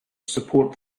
support